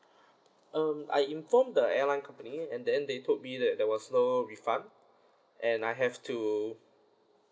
um I informed the airline company and then they told me that there was no refund and I have to